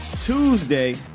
Tuesday